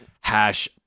hash